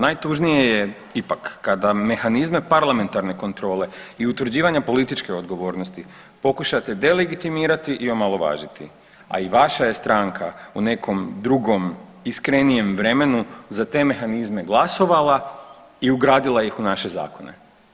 Najtužnije je ipak kada mehanizme parlamentarne kontrole i utvrđivanje političke odgovornosti pokušate delegitimirati i omalovažiti, a i vaša je stranka u nekom drugom, iskrenijem vremenu za te mehanizme glasovala i ugradila ih u naše zakone.